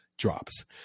drops